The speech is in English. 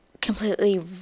completely